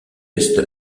est